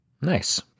nice